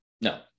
No